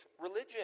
religion